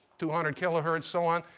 two hundred kilohertz, so on.